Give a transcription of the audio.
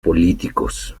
políticos